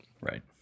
Right